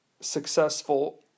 successful